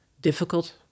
difficult